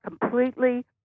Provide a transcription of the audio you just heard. completely